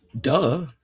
Duh